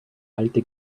alte